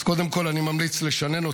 אז קודם כול, אני ממליץ לשנן אותן,